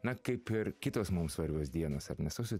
na kaip ir kitos mums svarbios dienos ar ne sausio